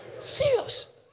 Serious